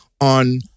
on